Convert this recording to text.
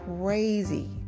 crazy